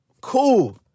cool